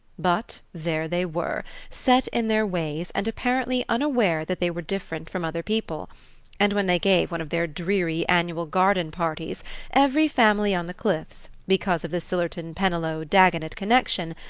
but there they were, set in their ways, and apparently unaware that they were different from other people and when they gave one of their dreary annual garden-parties every family on the cliffs, because of the sillerton-pennilow-dagonet connection,